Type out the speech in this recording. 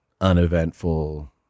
uneventful